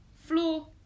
floor